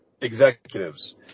executives